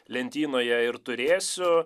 lentynoje ir turėsiu